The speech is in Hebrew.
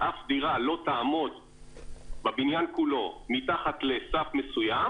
שאף דירה לא תעמוד בבניין כולו מתחת לסף מסוים